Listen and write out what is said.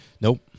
Nope